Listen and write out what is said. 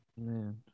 Man